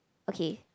okay